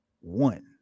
one